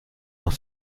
dans